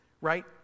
right